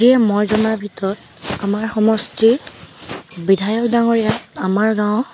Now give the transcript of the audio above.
মই জনাৰ ভিতৰত আমাৰ সমষ্টিৰ বিধায়ক ডাঙৰীয়া আমাৰ গাঁও